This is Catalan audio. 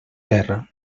terra